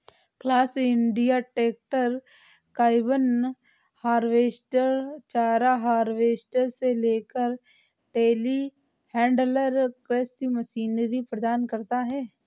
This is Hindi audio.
class India tractor, combine harvester, चारा हार्वेस्टर से लेकर टेलीहैंडलर कृषि मशीनरी प्रदान करता है